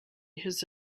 his